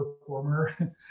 performer